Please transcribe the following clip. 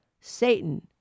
Satan